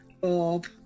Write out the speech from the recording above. Bob